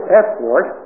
effort